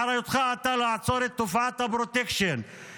באחריותך לעצור את תופעת הפרוטקשן,